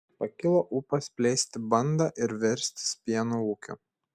pakilo ūpas plėsti bandą ir verstis pieno ūkiu